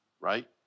right